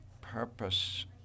purpose